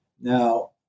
Now